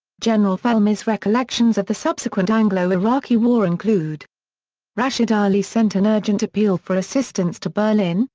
general felmy's recollections of the subsequent anglo-iraqi war include rashid ali sent an urgent appeal for assistance to berlin,